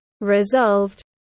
resolved